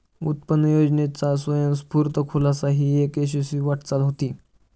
उत्पन्न योजनेचा स्वयंस्फूर्त खुलासा ही एक यशस्वी वाटचाल होती